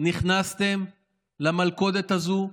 נכנסתם למלכודת הזאת,